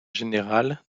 général